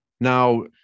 Now